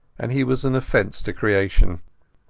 and he was an offence to creation.